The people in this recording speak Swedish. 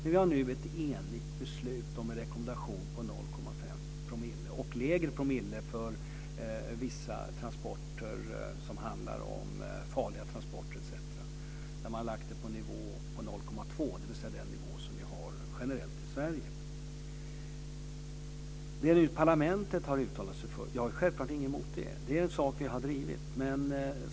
Vi har nu ett enigt beslut om en rekommendation på 0,5 promille och lägre för transporter av farligt gods. Det lägre värdet är 0,2 promille, dvs. den nivå som vi har generellt i Sverige. Det är vad parlamentet har uttalat sig för. Självklart har jag ingenting emot det. Det är en sak vi har drivit.